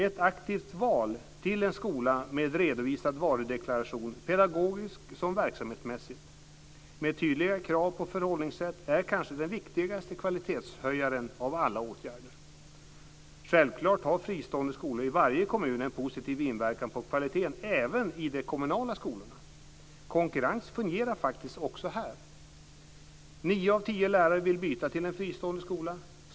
Ett aktivt val av en skola med redovisad varudeklaration, pedagogiskt som verksamhetsmässigt, med tydliga krav på förhållningssätt är kanske den viktigaste kvalitetshöjaren av alla åtgärder. Självklart har fristående skolor i varje kommun en positiv inverkan på kvaliteten även i de kommunala skolorna. Konkurrens fungerar faktiskt också här. Nio av tio lärare vill byta till en fristående skola.